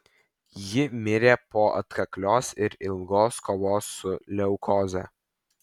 ji mirė po atkaklios ir ilgos kovos su leukoze